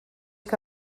que